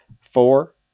four